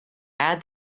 add